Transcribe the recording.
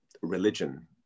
religion